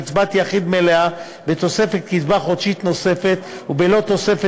קצבת יחיד מלאה בתוספת קצבה חודשית נוספת ובלא תוספת